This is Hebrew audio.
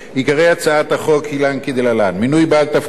עיקרי הצעת החוק הם כדלהלן: מינוי בעל תפקיד,